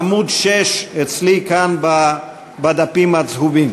עמוד 6 בדפים הצהובים.